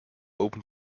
open